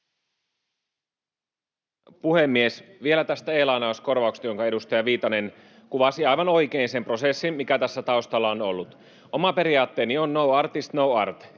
Puhemies! Vielä tästä e-lainauskorvauksesta. Edustaja Viitanen kuvasi aivan oikein sen prosessin, mikä tässä taustalla on ollut. Oma periaatteeni on ”no artist, no art”,